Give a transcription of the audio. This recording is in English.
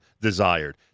desired